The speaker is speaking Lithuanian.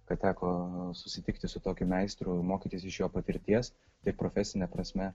kad teko susitikti su tokiu meistru mokytis iš jo patirties tiek profesine prasme